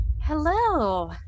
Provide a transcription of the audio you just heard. hello